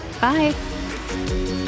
Bye